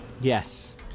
Yes